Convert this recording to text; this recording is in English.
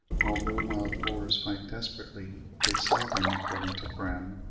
although wild boars fight desperately, they seldom, according to brehm,